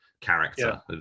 character